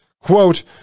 Quote